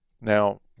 Now